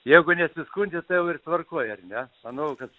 jeigu nesiskundi tai jau ir tvarkoj ar ne manau kad